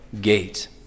gate